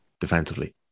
defensively